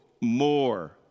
more